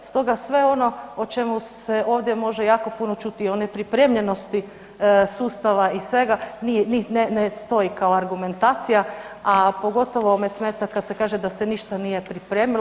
Stoga sve ono o čemu se ovdje može jako puno čuti, o nepripremljenosti sustava i svega nije, ne stoji kao argumentacija, a pogotovo me smeta kad se kaže da se ništa nije pripremilo.